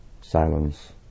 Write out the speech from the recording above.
silence